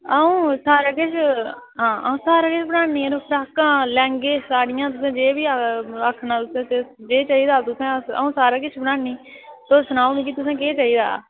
अ'ऊं सारा किश हां अ'ऊं सारा किश बनान्नी जरो फराकां लैह्ंगे साह्ड़ियां तुसें जे बी आखना तुसें जे चाहिदा तुसें अस अ'ऊं सारा किश बनान्नी तुस सनाओ मिगी तुसें केह् चाहिदा